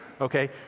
Okay